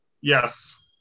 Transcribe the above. Yes